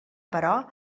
però